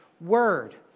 word